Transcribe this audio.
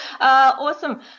Awesome